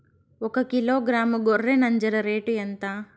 ఒకకిలో గ్రాము గొర్రె నంజర రేటు ఎంత?